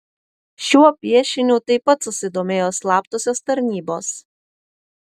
šiuo piešiniu taip pat susidomėjo slaptosios tarnybos